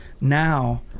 now